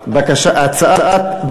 התשע"א 2011, נתקבלה.